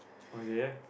okay